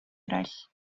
eraill